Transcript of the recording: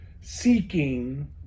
seeking